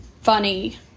funny